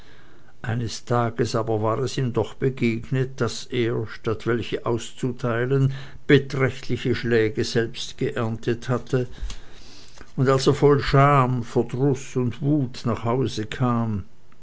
eines tages aber war es ihm doch begegnet daß er statt welche auszuteilen beträchtliche schläge selbst geerntet hatte und als er voll scham verdruß und wut nach hause kam